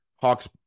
Hawks